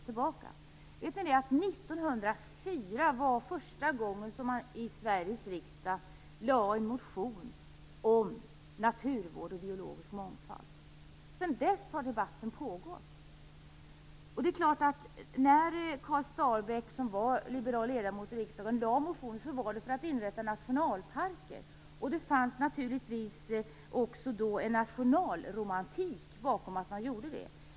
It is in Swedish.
Vet ni att 1904 var första gången som man i Sveriges riksdag lade fram en motion om naturvård och biologisk mångfald? Sedan dess har debatten pågått. När Karl Starbäck, som var liberal ledamot i riksdagen, lade fram motioner var det för att inrätta nationalparker. Det fanns naturligtvis en nationalromantik bakom det.